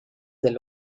del